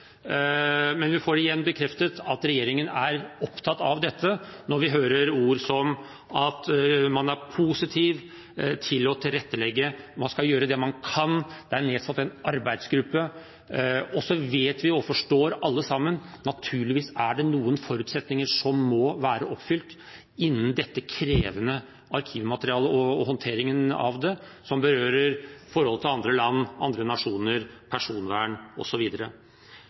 Men vi får igjen bekreftet at regjeringen er opptatt av dette når vi hører ord som at man er positiv til å tilrettelegge, man skal gjøre det man kan, det er nedsatt en arbeidsgruppe. Og så vet vi jo og forstår alle sammen at det naturligvis er noen forutsetninger som må være oppfylt når det gjelder dette krevende arkivmaterialet og håndteringen av det – det som berører forholdet til andre land, andre nasjoner, personvern